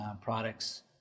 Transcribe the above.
products